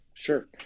Sure